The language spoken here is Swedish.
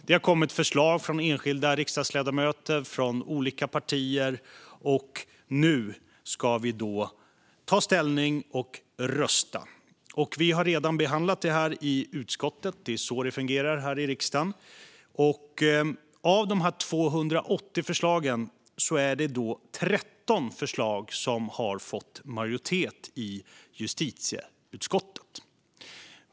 Det har kommit förslag från enskilda riksdagsledamöter från olika partier, och nu ska vi ta ställning och rösta. Vi har redan behandlat detta i utskottet, för det är så det fungerar här i riksdagen. Av de 280 förslagen är det 13 förslag som har fått majoritet i justitieutskottet.